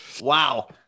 wow